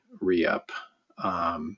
re-up